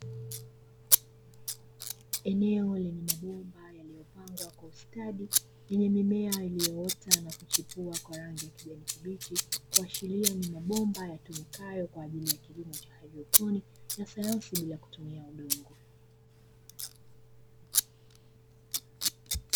Eneo lenye mabomba yaliyopangwa kwa ustadi lenye mimea iliyoota na kuchipua kwa rangi ya kijani kibichi, kuashiria ni mabomba yatumikayo kwa ajili ya kilimo cha haidroponi ya sayansi bila kutumia udongo.